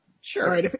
sure